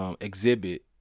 Exhibit